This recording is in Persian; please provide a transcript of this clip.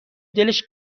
دلش